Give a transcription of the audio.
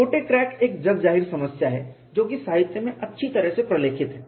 छोटे क्रैक एक जगजाहिर समस्या है जो कि साहित्य में अच्छी तरह से प्रलेखित है